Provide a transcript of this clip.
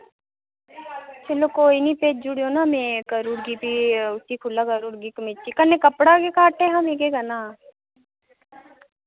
चलो कोई नि भेजी ओड़ेओ ना में करुड़गी फ्ही उसी खुल्ला करुड़गी कमीचे कन्नै कपड़ा गै घट हा में केह् करना हा